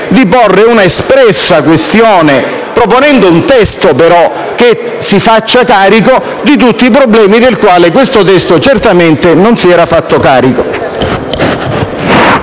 di porre un'espressa questione, proponendo però un testo che si faccia carico di tutti problemi dei quali questo testo certamente non si era fatto carico.